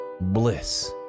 Bliss